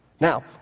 Now